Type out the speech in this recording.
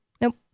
Nope